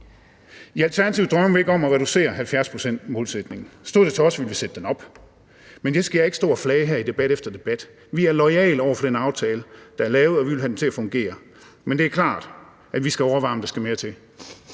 I Alternativet drømmer vi ikke om at reducere 70-procentsmålsætningen. Stod det til os, ville vi sætte den op. Men det skal jeg ikke stå og flage i debat efter debat. Vi er loyale over for den aftale, der er lavet, og vi vil have den til at fungere. Men det er klart, at vi skal overveje, om der skal mere til,